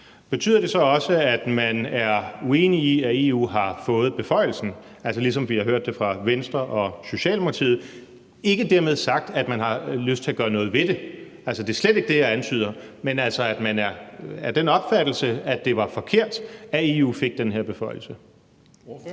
Betyder det så også, at man er uenig i, at EU har fået beføjelsen, altså ligesom vi har hørt det fra Venstre og Socialdemokratiet – ikke dermed sagt, at man har lyst til at gøre noget ved det, det er slet ikke det, jeg antyder – og at man er af den opfattelse, at det var forkert, at EU fik den her beføjelse? Kl.